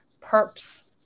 perps